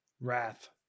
Wrath